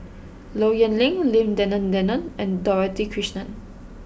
Low Yen Ling Lim Denan Denon and Dorothy Krishnan